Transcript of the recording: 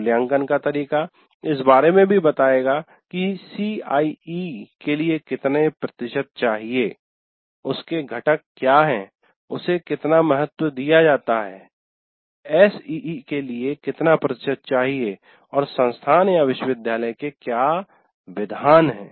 मूल्याङ्कन का तरीका इस बारे में भी बतायेंगा कि सीआईई के लिए कितना प्रतिशत चाहिए उसके घटक क्या हैं उसे कितना महत्व दिया जाता है एसईई के लिए कितना प्रतिशत चाहिए और संस्थान या विश्वविद्यालय के क्या विधान हैं